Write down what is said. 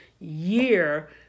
year